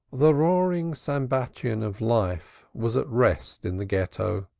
the roaring sambatyon of life was at rest in the ghetto